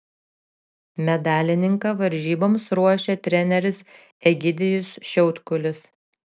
medalininką varžyboms ruošia treneris egidijus šiautkulis